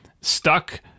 stuck